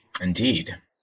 Indeed